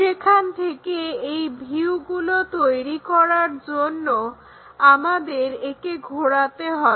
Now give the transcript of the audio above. সেখান থেকে এই ভিউগুলো তৈরি করার জন্য আমাদের একে ঘোরাতে হবে